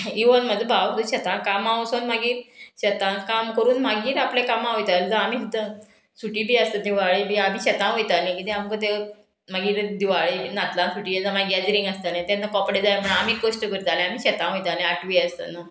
even म्हाजो भाव जो शेतां कामां वचोन मागीर शेतां काम करून मागीर आपलें कामां वयतालें जो आमी सुटी बी आसता दिवाळे बी आमी शेतां वयतालीं किदें आमकां तें मागीर दिवाळे नातलां सुटी जाल्या मागीर गॅदरींग आसतालें तेन्ना कपडे जाय म्हणून आमी कश्ट करताले आमी शेतां वयताले आटवी आसतना